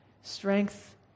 strength